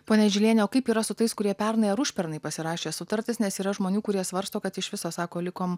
ponia žiliene kaip yra su tais kurie pernai ar užpernai pasirašė sutartis nes yra žmonių kurie svarsto kad iš viso sako likom